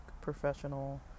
professional